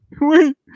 Wait